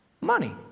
Money